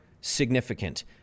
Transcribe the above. significant